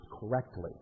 correctly